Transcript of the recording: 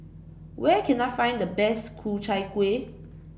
where can I find the best Ku Chai Kueh